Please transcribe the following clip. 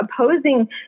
opposing